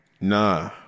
Nah